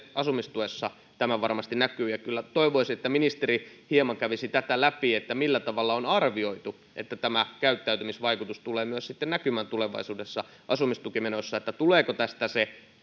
asumistuessa tämä varmasti näkyy ja kyllä toivoisi että ministeri hieman kävisi läpi tätä millä tavalla on arvioitu että tämä käyttäytymisvaikutus tulee näkymään tulevaisuudessa asumistukimenoissa tuleeko tästä se